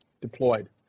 deployed